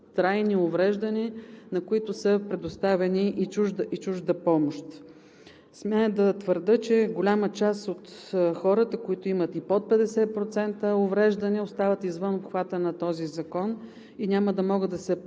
трайни увреждания, на които е предоставена и чужда помощ. Смея да твърдя, че голяма част от хората, които имат и под 50% увреждане, остават извън обхвата на този закон и няма да могат да се